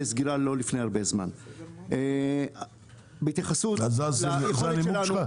סגירה לא לפני הרבה זמן --- זה הנימוק שלך?